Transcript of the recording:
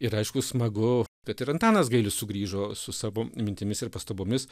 ir aišku smagu kad ir antanas gailius sugrįžo su savo mintimis ir pastabomis